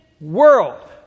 world